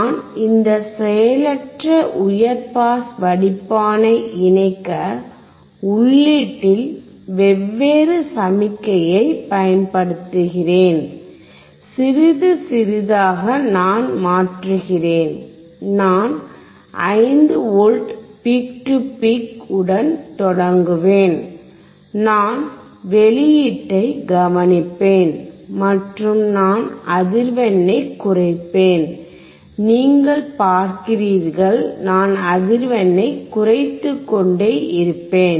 நான் இந்த செயலற்ற உயர் பாஸ் வடிப்பானை இணைக்க உள்ளீட்டில் வெவ்வேறு சமிக்ஞையைப் பயன்படுத்துகிறேன் சிறிது சிறிதாக நான் மாற்றுகிறேன் நான் 5V பீக் டு பீக் உடன் தொடங்குவேன் நான் வெளியீட்டை கவனிப்பேன் மற்றும் நான் அதிர்வெண்ணைக் குறைப்பேன் நீங்கள் பார்க்கிறீர்கள் நான் அதிர்வெண்ணை குறைத்துக்கொண்டே இருப்பேன்